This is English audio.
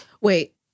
Wait